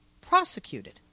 prosecuted